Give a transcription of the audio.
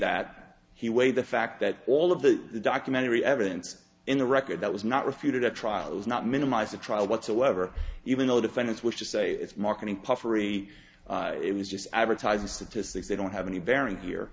that he weighed the fact that all of the documentary evidence in the record that was not refuted a trial was not minimize the trial whatsoever even though defendants wish to say it's marketing puffery it was just advertising statistics they don't have any bearing here